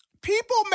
people